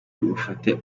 bufate